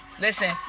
Listen